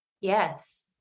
Yes